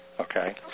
okay